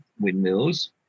windmills